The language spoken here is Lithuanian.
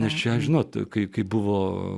nes čia žinot kai buvo